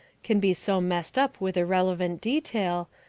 can be so messed up with irrelevant detail,